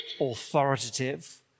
authoritative